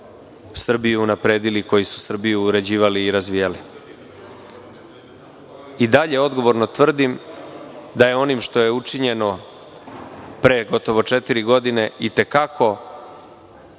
Srbiju unapredili, koji su Srbiju uređivali i razvijali.I dalje odgovorno tvrdim da je onim što je učinjeno pre gotovo četiri godine i te kako